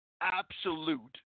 Absolute